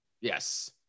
Yes